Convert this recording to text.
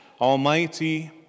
Almighty